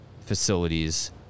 facilities